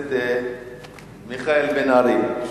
הכנסת מיכאל בן-ארי.